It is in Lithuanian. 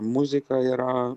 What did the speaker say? muzika yra